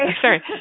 Sorry